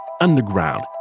underground